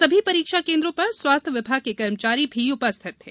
समी परीक्षा केन्द्रों पर स्वास्थ्य विभाग के कर्मचारी भी उपस्थित थे